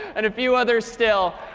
and a few others still.